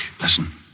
Listen